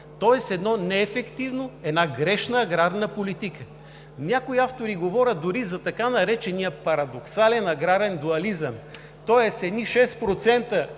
тоест една неефективна, една грешна аграрна политика. Някои автори говорят дори за така наречения парадоксален аграрен дуализъм – тоест едни 6%